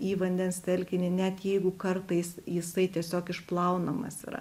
į vandens telkinį net jeigu kartais jisai tiesiog išplaunamas yra